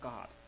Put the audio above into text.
God